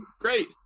great